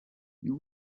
you